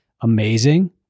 amazing